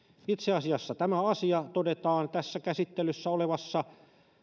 itse asiassa tämä asia todetaan tässä käsittelyssä olevassa